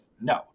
no